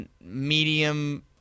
medium